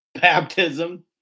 Baptism